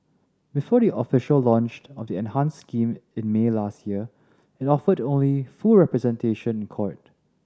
before the official launch of the enhanced scheme in May last year it offered only full representation in court